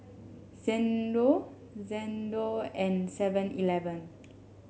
Xndo Xndo and Seven Eleven